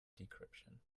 decryption